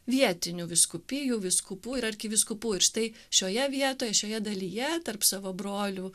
vietinių vyskupijų vyskupų ir arkivyskupų ir štai šioje vietoje šioje dalyje tarp savo brolių